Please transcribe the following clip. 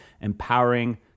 empowering